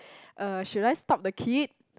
uh should I stop the kid